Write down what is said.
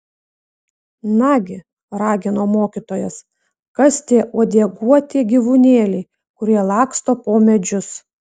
nagi ragino mokytojas kas tie uodeguoti gyvūnėliai kurie laksto po medžius